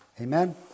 Amen